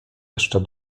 jeszcze